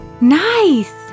Nice